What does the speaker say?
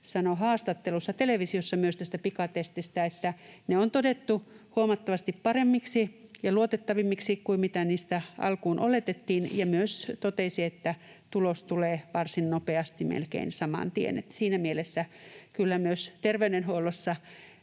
sanoi haastattelussa televisiossa, taisi olla tänään vai eilenkö, pikatesteistä, että ne on todettu huomattavasti paremmiksi ja luotettavammiksi kuin mitä niistä alkuun oletettiin, ja totesi myös, että tulos tulee varsin nopeasti, melkein saman tien. Siinä mielessä kyllä myös terveydenhuollossa